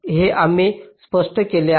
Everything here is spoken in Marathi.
हे आधीच आम्ही स्पष्ट केले आहे